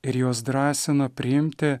ir juos drąsina priimti